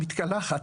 מתקלחת.